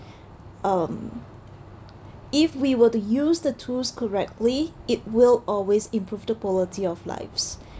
um if we were to use the tools correctly it will always improve the quality of lives